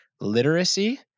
literacy